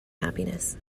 happiness